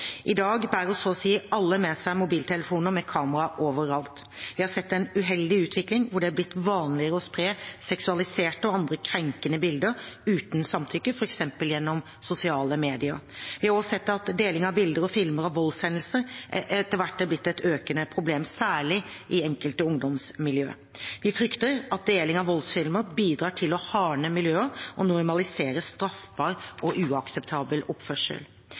I dag bærer så å si alle med seg mobiltelefoner med kamera overalt. Vi har sett en uheldig utvikling hvor det er blitt vanligere å spre seksualiserte og andre krenkende bilder uten samtykke, f.eks. gjennom sosiale medier. Vi har også sett at deling av bilder og filmer av voldshendelser etter hvert har blitt et økende problem, særlig i enkelte ungdomsmiljøer. Vi frykter at deling av voldsfilmer bidrar til å hardne miljøer og normalisere straffbar og uakseptabel oppførsel.